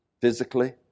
physically